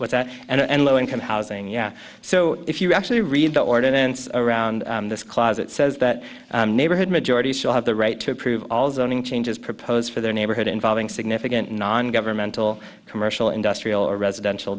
with that and low income housing yeah so if you actually read the ordinance around this closet says that neighborhood majority should have the right to approve all zoning changes proposed for their neighborhood involving significant non governmental commercial industrial or residential